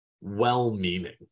well-meaning